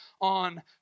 on